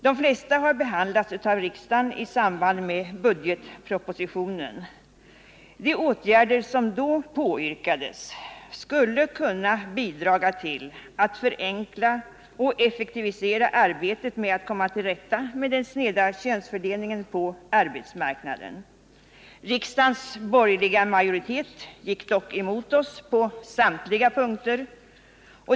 De flesta har behandlats av riksdagen i samband med budgetpropositionen. De åtgärder som då påyrkades skulle kunna bidra till att förenkla och effektivisera arbetet med att komma till rätta med den sneda könsfördelningen på arbetsmarknaden. Riksdagens borgerliga majoritet gick dock emot oss på samtliga punkter.